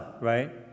right